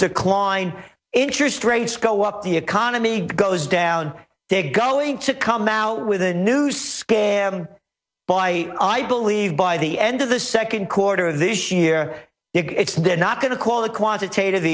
decline interest rates go up the economy goes down they going to come out with a new scheme by i believe by the end of the second quarter of this year if they're not going to call it quantitative